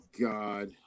God